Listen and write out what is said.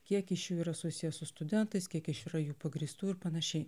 kiek iš jų yra susiję su studentais kiek iš jų yra jų pagrįstų ir panašiai